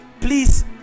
please